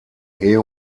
ehe